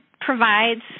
provides